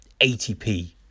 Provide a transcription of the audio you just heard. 80p